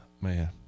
man